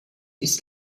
ist